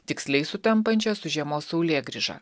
tiksliai sutampančia su žiemos saulėgrįža